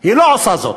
היא לא עושה זאת.